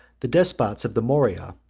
the despots of the morea,